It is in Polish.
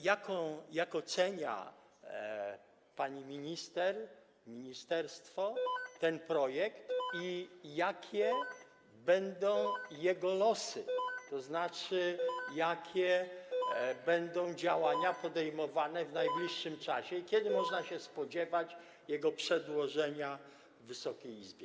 Jak pani minister, ministerstwo ocenia ten projekt i jakie będą jego losy, tzn. jakie działania będą podejmowane w najbliższym czasie i kiedy można się spodziewać jego przedłożenia Wysokiej Izbie?